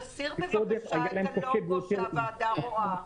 תסיר בבקשה את הלוגו שהוועדה רואה.